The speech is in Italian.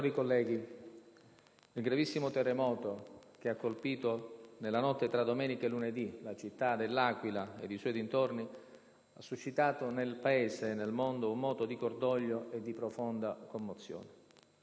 Onorevoli colleghi, il gravissimo terremoto che ha colpito, nella notte tra domenica e lunedì, la città dell'Aquila ed i suoi dintorni ha suscitato nel Paese e nel mondo un moto di cordoglio e di profonda commozione.